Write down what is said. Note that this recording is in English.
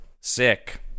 sick